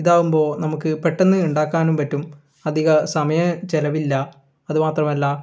ഇതാകുമ്പോൾ നമുക്ക് പെട്ടെന്ന് ഉണ്ടാക്കാനും പറ്റും അധികസമയം ചിലവില്ല അതു മാത്രമല്ല